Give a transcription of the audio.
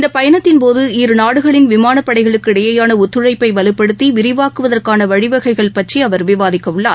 இந்த பயணத்தின்போது இரு நாடுகளின் விமானப் படைகளுக்கு இடையேயான ஒத்துழைப்பை வலுப்படுத்தி விரிவாக்குவதற்கான வழிவகைகள் பற்றி அவர் விவாதிக்க உள்ளார்